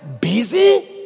busy